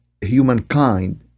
humankind